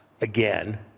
again